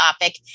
topic